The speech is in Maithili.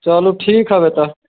चलू ठीक हबे तब